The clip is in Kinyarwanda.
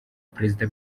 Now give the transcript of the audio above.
perezida